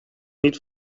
niet